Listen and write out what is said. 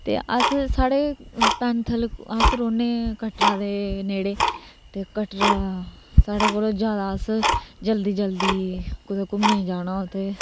ते अस साढ़े पैंथल अस रौहने कटरा दे नेडै़ ते कटरा साड़े कोला ज्यादा असें जल्दी जल्दी घूमने गी जाना होऐ ते